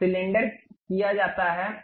तो सिलेंडर किया जाता है